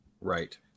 Right